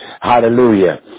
Hallelujah